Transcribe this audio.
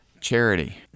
charity